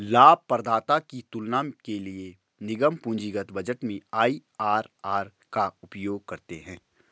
लाभप्रदाता की तुलना के लिए निगम पूंजीगत बजट में आई.आर.आर का उपयोग करते हैं